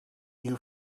you